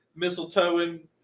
mistletoeing